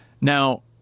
now